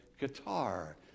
guitar